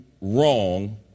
wrong